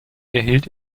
erhielt